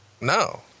No